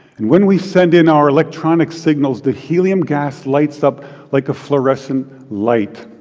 and when we send in our electronic signals, the helium gas lights up like a fluorescent light.